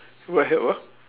what help ah